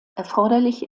erforderlich